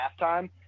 halftime